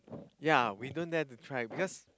yea we don't dare to try because